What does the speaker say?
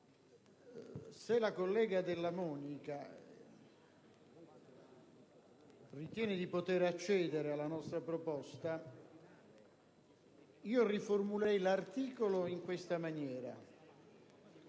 Se la collega Della Monica ritiene di poter accedere alla nostra proposta, riformulerei l'articolo in questa maniera: